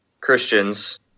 Christians